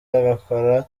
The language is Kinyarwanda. bagakora